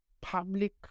public